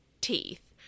teeth